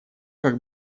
как